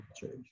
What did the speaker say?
change